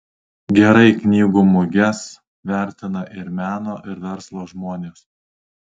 gerai knygų muges vertina ir meno ir verslo žmonės